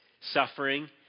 suffering